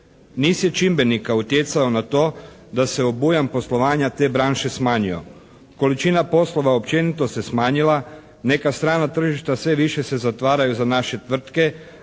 Niz je čimbenika utjecao na to da se obujam poslovanja te branše smanjio. Količina poslova općenito se smanjila. Neka strana tržišta sve više se zatvaraju za naše tvrtke,